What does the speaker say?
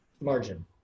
margin